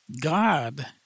God